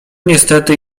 niestety